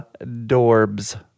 Dorbs